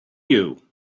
you